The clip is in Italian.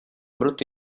brutto